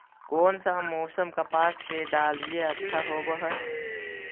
कोन सा मोसम कपास के डालीय अच्छा होबहय?